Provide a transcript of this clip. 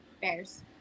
Bears